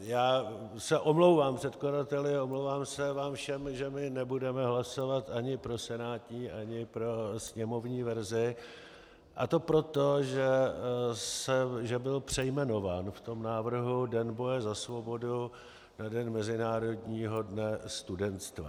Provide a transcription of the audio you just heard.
Já se omlouvám předkladateli a omlouvám se vám všem, že my nebudeme hlasovat ani pro senátní ani pro sněmovní verzi, a to proto, že byl přejmenován v tom návrhu Den boje za svobodu na Mezinárodní den studenstva.